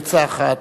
בעצה אחת,